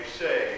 say